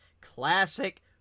classic